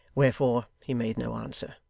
wherefore he made no answer.